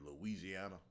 Louisiana